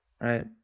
right